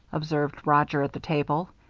observed roger, at the table.